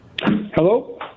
Hello